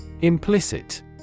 Implicit